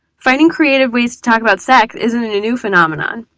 finding creative ways to talk about sex isn't a new phenomenon.